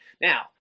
now